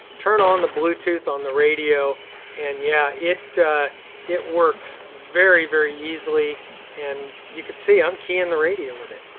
turn on the bluetooth on the radio and yeah, it works works very, very easily and you could see i'm keying the radio with it.